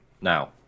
now